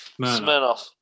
smirnoff